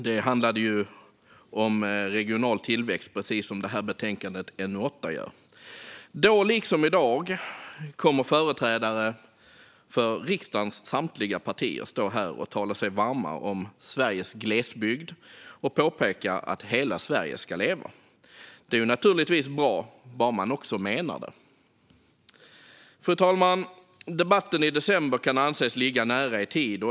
Det handlade om regional tillväxt, precis som betänkande NU8 gör. Liksom de gjorde då kommer företrädare för riksdagens samtliga partier att stå här i dag och tala sig varma för Sveriges glesbygd och framhålla att "hela Sverige ska leva". Det är naturligtvis bra - bara man också menar det. Fru talman! Debatten i december kan anses ligga nära i tid.